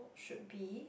should be